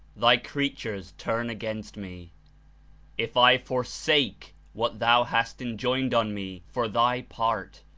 thy creatures turn against me if i forsake what thou hast enjoined on me for thy part,